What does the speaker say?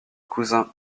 cousins